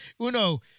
Uno